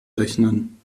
rechnen